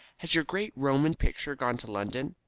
has your great roman picture gone to london?